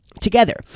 together